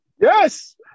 yes